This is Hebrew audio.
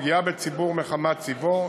פגיעה בציבור מחמת צבעו,